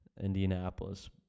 Indianapolis